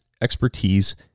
expertise